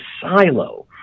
silo